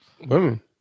women